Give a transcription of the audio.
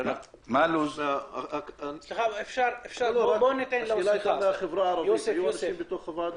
היו אנשים מהחברה הערבית בוועדה?